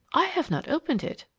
i have not opened it.